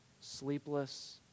sleepless